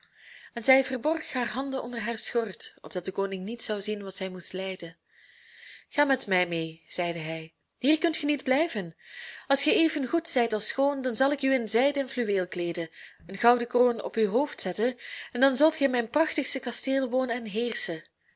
en zij verborg haar handen onder haar schort opdat de koning niet zou zien wat zij moest lijden ga met mij mee zeide hij hier kunt ge niet blijven als ge even goed zijt als schoon dan zal ik u in zijde en fluweel kleeden een gouden kroon op uw hoofd zetten en dan zult ge in mijn prachtigste kasteel wonen en heerschen